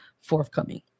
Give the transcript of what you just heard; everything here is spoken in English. forthcoming